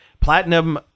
platinum